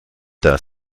das